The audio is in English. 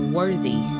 worthy